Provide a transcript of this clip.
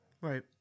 Right